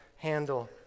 handle